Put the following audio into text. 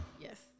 yes